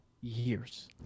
years